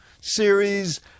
series